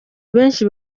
benshi